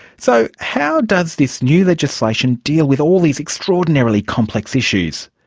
so, how does this new legislation deal with all these extraordinarily complex issues?